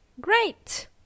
Great